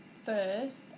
first